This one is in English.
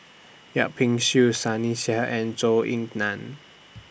Yip Pin Xiu Sunny Sia and Zhou Ying NAN